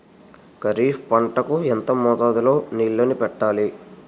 ఖరిఫ్ పంట కు ఎంత మోతాదులో నీళ్ళని పెట్టాలి?